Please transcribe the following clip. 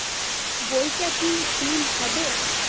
বইটা কি প্রিন্ট হবে?